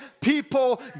people